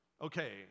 Okay